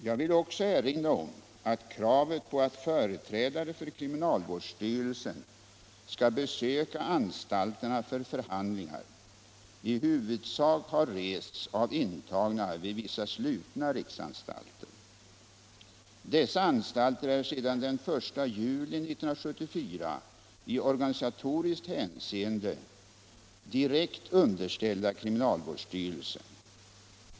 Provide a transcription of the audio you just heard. Jag vill också erinra om att kravet på att företrädare för kriminalvårdsstyrelsen skall besöka anstalterna för förhandlingar i huvudsak rests av intagna vid vissa slutna riksanstalter. Dessa anstalter är sedan den 1 juli 1974 i organisatoriskt hänseende direkt underställda kriminalvårdsstyrelsen.